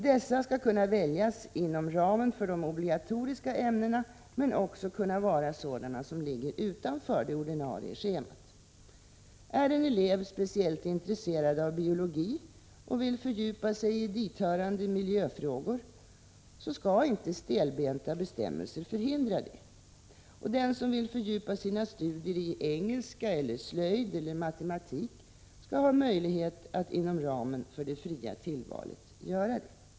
Tillvalen skall kunna göras inom ramen för de obligatoriska ämnena men skall också kunna gälla sådant som ligger utanför det ordinarie schemat. Är en elev speciellt intresserad av biologi och vill fördjupa sig i dithörande miljöfrågor skall inte stelbenta bestämmelser förhindra det. Den som vill fördjupa sina studier i engelska eller slöjd eller matematik skall ha möjlighet att inom ramen för det fria tillvalet göra det.